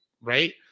Right